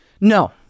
No